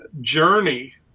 journey